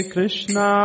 Krishna